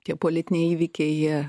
tie politiniai įvykiai jie